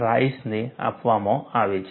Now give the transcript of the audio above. Rice ને આપવામાં આવે છે